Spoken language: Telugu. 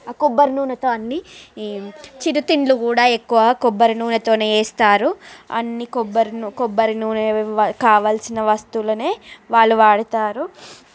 ఆ కొబ్బరి నూనెతో అన్ని చిరు తిండ్లు కూడా ఎక్కువ కొబ్బరి నూనెతోనే వేస్తారు అన్నీ కొబ్బరి నూ కొబ్బరి నూనె కావలసిన వస్తువులనే వాళ్ళు వాడతారు